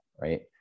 right